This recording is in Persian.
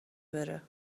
بره